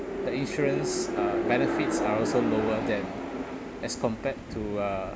the insurance uh benefits are also lower than as compared to uh